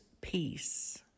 peace